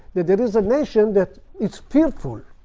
that it is a nation that is fearful